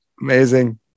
amazing